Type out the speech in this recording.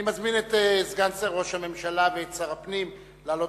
אני מזמין את סגן שר ראש הממשלה ושר הפנים לעלות